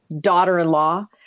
daughter-in-law